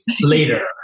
later